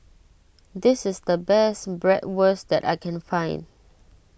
this is the best Bratwurst that I can find